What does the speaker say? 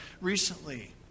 recently